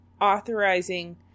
authorizing